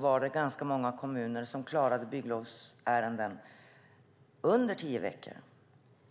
var det ganska många kommuner som klarade bygglovsärenden på mindre tid än tio veckor.